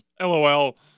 lol